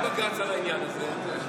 היה בג"ץ על העניין הזה.